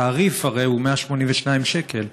הרי התעריף הוא 182 שקל,